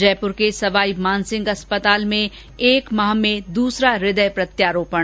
जयपुर के सवाई मानसिंह अस्पताल में एक माह में दूसरा हृदय प्रत्यारोपण